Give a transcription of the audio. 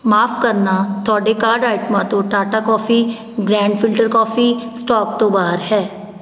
ਮੁਆਫ ਕਰਨਾ ਤੁਹਾਡੇ ਕਾਰਟ ਆਈਟਮਾਂ ਤੋਂ Tata coffee grand filter coffee stock ਤੋਂ ਬਾਹਰ ਹੈ